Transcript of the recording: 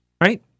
Right